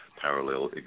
parallel